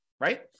right